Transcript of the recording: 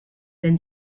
then